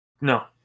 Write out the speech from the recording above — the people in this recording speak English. No